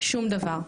שום דבר,